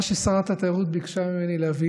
מה ששרת התיירות ביקשה ממני להביא